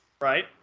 Right